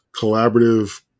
collaborative